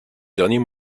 dernier